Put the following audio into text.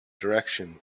direction